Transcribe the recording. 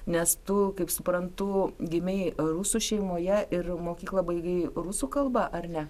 nes tu kaip suprantu gimei rusų šeimoje ir mokyklą baigei rusų kalba ar ne